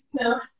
No